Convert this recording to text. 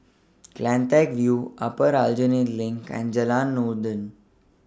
CleanTech View Upper Aljunied LINK and Jalan Noordin